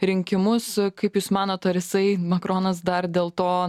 rinkimus kaip jūs manot ar jisai makronas dar dėl to